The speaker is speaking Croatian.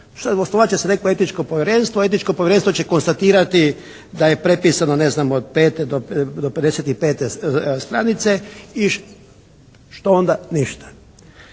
Osnovat će se neko etičko povjerenstvo, etičko povjerenstvo će konstatirati da je prepisano ne znam od 5 do 55 stranice i što onda, ništa.